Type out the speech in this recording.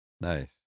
nice